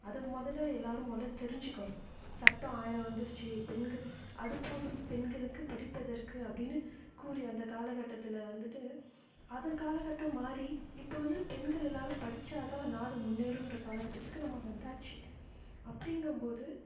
அதை மொதலில் எல்லோரும் மொதலில் தெரிஞ்சுக்கணும் சட்டம் ஆயிரம் வந்துடுச்சு பெண்கள் அடுப்பு ஊதும் பெண்களுக்கு படிப்பெதற்கு அப்படின்னு கூறிய அந்த காலக்கட்டத்தில் வந்துட்டு அதன் காலக்கட்டம் மாதிரி இப்போ வந்து பெண்கள் எல்லோரும் படித்தா தான் நாடு முன்னேறுன்ற காலக்கட்டத்துக்கு நம்ம வந்தாச்சு அப்படிங்கும் போது